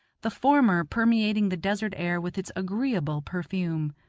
the former permeating the desert air with its agreeable perfume.